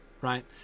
right